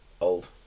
old